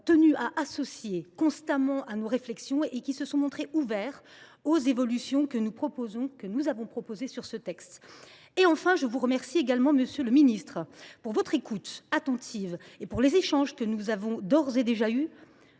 tenu à les associer constamment à nos réflexions, et ils se sont montrés ouverts aux évolutions que nous avons proposées sur ce texte. Je vous remercie également, monsieur le ministre, de votre écoute attentive et des échanges que nous avons d’ores et déjà pu